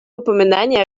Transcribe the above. упоминания